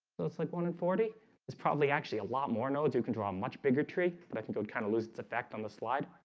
looks like one in forty it's probably actually a lot more nodes you can draw a much bigger tree, but i can go kind of lose its effect on the slide